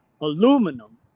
aluminum